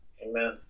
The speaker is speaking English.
Amen